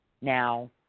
Now